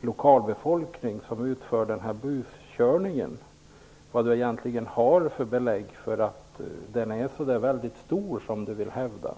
lokalbefolkning som utför den här buskörningen vill jag fråga vad han egentligen har för belägg för att den är så stor som han vill hävda.